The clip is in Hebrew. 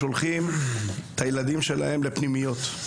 שולחים את הילדים שלהם לפנימיות,